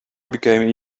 became